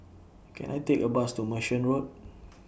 Can I Take A Bus to Merchant Road